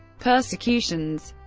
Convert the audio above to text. persecutions